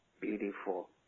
beautiful